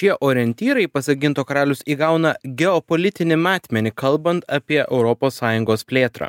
tie orientyrai pasak ginto karalius įgauna geopolitinį matmenį kalbant apie europos sąjungos plėtrą